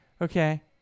okay